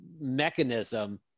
mechanism